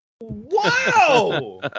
Wow